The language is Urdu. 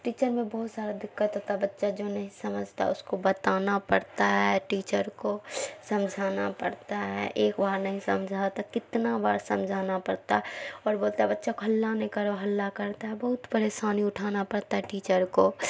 ٹیچر میں بہت سارا دقت ہوتا بچہ جو نہیں سمجھتا اس کو بتانا پڑتا ہے ٹیچر کو سمجھانا پڑتا ہے ایک بار نہیں سمجھا تو کتنا بار سمجھانا پڑتا اور بولتا بچہ کو ہلا نہیں کرو ہلا کرتا ہے بہت پریشانی اٹھانا پڑتا ہے ٹیچر کو